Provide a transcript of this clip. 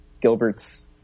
Gilbert's